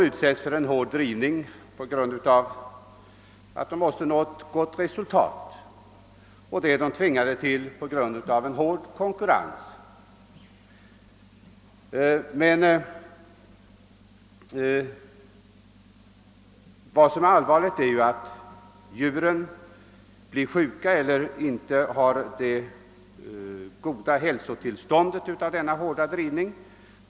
Eftersom uppfödarna måste nå ett gott resultat utsättes djuren för hård drivning. Uppfödarna är tvingade till detta av en hård konkurrens. Men det allvarliga är att djuren lätt blir sjuka därav och att hälsotillståndet sålunda påverkas av den hårda drivningen.